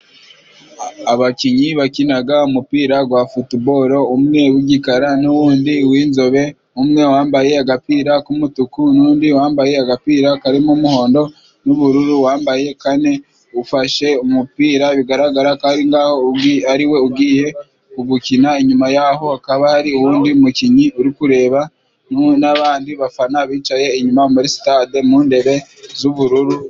Abakinyi bakinaga umupira gwa futuboro, umwe w'igikara undi w'inzobe. Umwe wambaye agapira k'umutuku, n'undi wambaye agapira karimo umuhondo n'ubururu, wambaye kane ufashe umupira bigaragara ko ari ngaho ariwe ugiye kugukina. Inyuma yaho hakaba hari uwundi mukinyi uri kureba n'abandi bafana bicaye inyuma muri sitade mu ndebe z'ubururu.